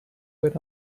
went